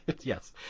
Yes